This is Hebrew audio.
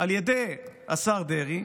על ידי השר דרעי,